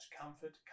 comfort